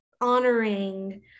honoring